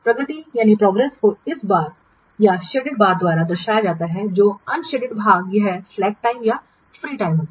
प्रगति को इस बार या शेडेड बार द्वारा दर्शाया जाता है और अन शेडेड भाग यह स्लैक टाइम या फ्री टाइम होता है